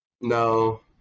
No